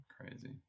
crazy